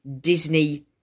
Disney